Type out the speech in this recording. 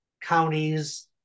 counties